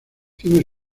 tiene